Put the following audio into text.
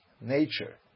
nature